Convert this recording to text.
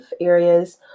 areas